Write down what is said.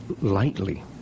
lightly